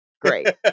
Great